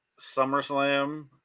SummerSlam